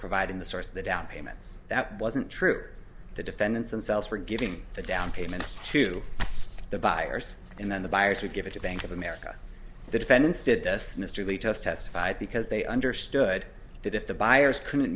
providing the source of the down payments that wasn't true for the defendants themselves for giving the down payment to the buyers and then the buyers would give it to bank of america the defendants did this mr leto's testified because they understood that if the buyers couldn't